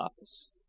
office